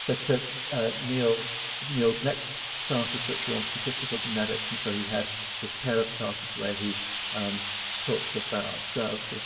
so took ah neil's neil's next classes, which were on statistical genetics. and, so he had this pair of classes where he talked about sort of